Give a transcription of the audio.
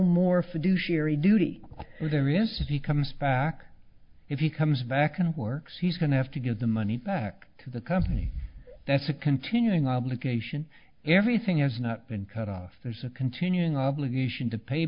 fiduciary duty there is if he comes back if he comes back and works he's going to have to give the money back to the company that's a continuing obligation everything has not been cut off there's a continuing obligation to pay